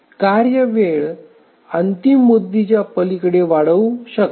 कार्य वेळ अंतिम मुदतीच्या पलीकडे वाढवू शकते